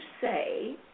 say